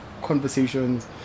conversations